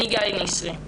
אני גלי נשרי,